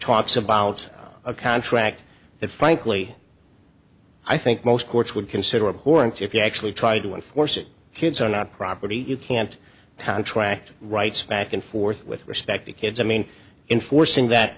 talks about a contract that frankly i think most courts would consider abhorrently if you actually try to enforce it kids are not property you can't contract rights back and forth with respect to kids i mean enforcing that